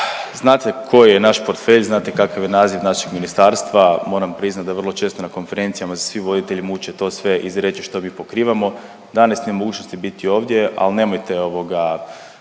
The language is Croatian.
Znate koji je naš portfelj, znate kakav je naziv našeg ministarstva, moram priznat da vrlo često na konferencijama se svi voditelji muče to sve izreći što mi pokrivamo. Danas nije u mogućnosti biti ovdje al nemojte ovoga